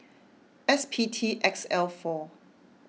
S P T X L four